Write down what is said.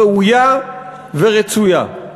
ראויה ורצויה.